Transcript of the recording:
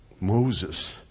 Moses